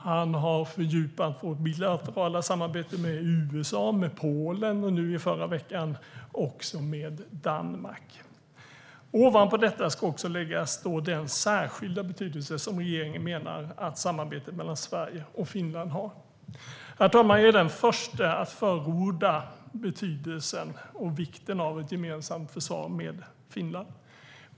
Han har fördjupat det bilaterala samarbetet med USA, med Polen och i förra veckan också med Danmark. Ovanpå detta ska också läggas den särskilda betydelse som regeringen menar att samarbetet mellan Sverige och Finland har. Herr talman! Jag är den första att framhålla betydelsen och vikten av ett gemensamt försvar med Finland.